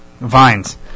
vines